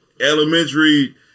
elementary